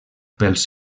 pels